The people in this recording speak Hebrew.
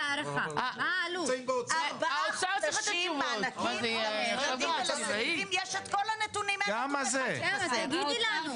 ארבעה חודשים מענקים --- יש את כל הנתונים --- אז תגידי לנו.